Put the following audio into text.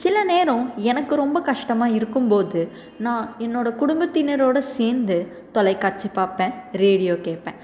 சில நேரம் எனக்கு ரொம்ப கஷ்டமாக இருக்கும் போது நான் என்னோடய குடும்பத்தினர்ரோட சேர்ந்து தொலைக்காட்சி பார்ப்பேன் ரேடியோ கேட்பேன்